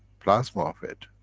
plasma of it,